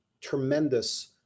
tremendous